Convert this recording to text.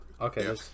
Okay